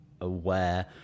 aware